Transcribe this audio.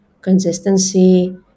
consistency